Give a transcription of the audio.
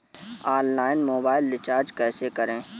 Online mobile recharge कैसे करें?